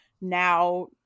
now